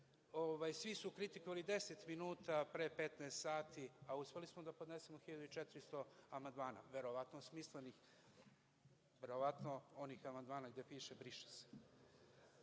Svi su kritikovali 10 minuta pre 15 sati, a uspeli smo da podnesemo 1.400 amandmana, verovatno smislenih, verovatno onih amandmana gde piše – briše